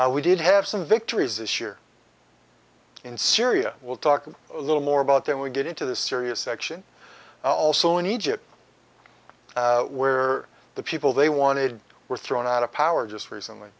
control we did have some victories this year in syria we'll talk a little more about them we get into the serious action also in egypt where the people they wanted were thrown out of power just recently